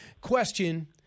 question